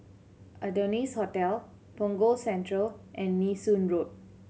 Adonis Hotel Punggol Central and Nee Soon Road